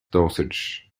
dosage